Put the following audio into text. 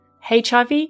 HIV